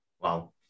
Wow